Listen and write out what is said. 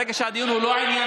ברגע שהדיון הוא לא ענייני,